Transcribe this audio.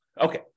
Okay